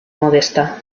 modesta